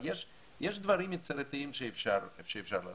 יש דברים יצירתיים שאפשר לעשות,